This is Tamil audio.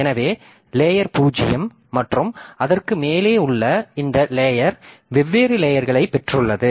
எனவே லேயர் 0 மற்றும் அதற்கு மேலே உள்ள இந்த லேயர் வெவ்வேறு லேயர்களைப் பெற்றுள்ளது